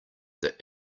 that